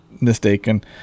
mistaken